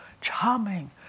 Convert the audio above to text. charming